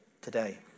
today